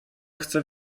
chce